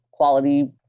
quality